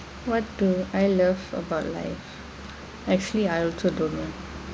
what do I love about like actually I also don't know